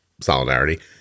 solidarity